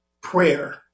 prayer